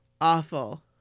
Awful